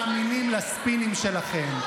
אזרחי ישראל כבר לא מאמינים לספינים שלכם.